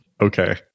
Okay